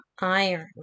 iron